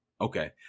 Okay